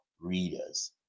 readers